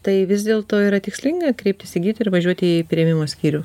tai vis dėl to yra tikslinga kreiptis į gydytoją ir važiuoti į priėmimo skyrių